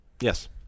Yes